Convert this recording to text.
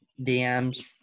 DMs